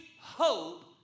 hope